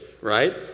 right